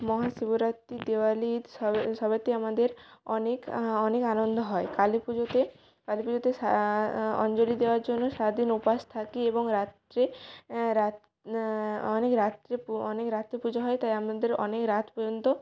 মহা শিবরাত্রি দিওয়ালি সবেতেই আমাদের অনেক অনেক আনন্দ হয় কালী পুজোতে কালী পুজোতে অঞ্জলি দেওয়ার জন্য সারাদিন উপোস থাকি এবং রাত্রে অনেক রাত্রে অনেক রাত্রে পুজো হয় তাই আমাদের অনেক রাত পর্যন্ত